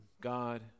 God